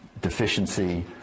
deficiency